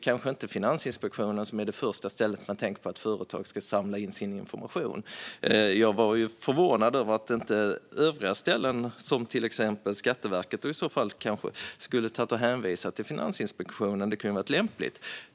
Men Finansinspektionen kanske inte är det första stället man tänker på när företag ska samla information. Jag var förvånad över att inte övriga ställen, till exempel Skatteverket, hänvisade till Finansinspektionen. Det hade varit lämpligt.